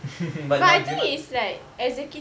but now gem~